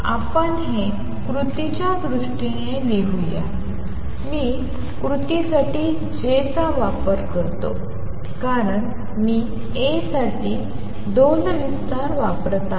आपण हे कृतीच्या दृष्टीने लिहूया मी कृतीसाठी J चा वापर करतो कारण मी A साठी दोलविस्तार वापरत आहे